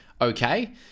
okay